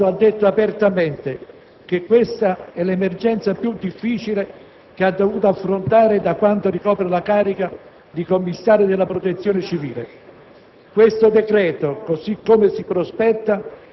Bertolaso ha detto apertamente che questa è l'emergenza più difficile che ha dovuto affrontare da quando ricopre la carica di commissario della Protezione Civile.